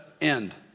end